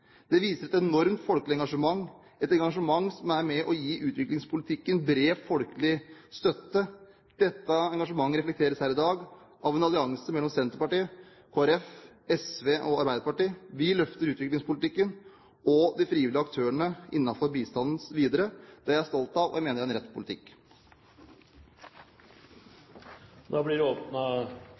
Det viser et enormt folkelig engasjement, et engasjement som er med og gi utviklingspolitikken bred folkelig støtte. Dette engasjementet reflekteres her i dag av en allianse mellom Senterpartiet, Kristelig Folkeparti, SV og Arbeiderpartiet. Vi løfter utviklingspolitikken og de frivillige aktørene innenfor bistanden videre. Det er jeg stolt av, og jeg mener det er en rett politikk. Det blir